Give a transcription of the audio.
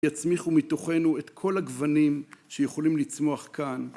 יצמיחו מתוכנו את כל הגוונים שיכולים לצמוח כאן.